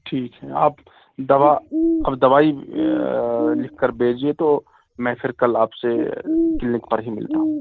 ٹھیک ہے آپ دوا اور دوائی لکھ کر بھیجیے تو میں پھر کل آپ سے کلینک پر ہی ملتا ہوں